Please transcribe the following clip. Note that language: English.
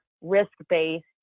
risk-based